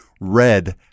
red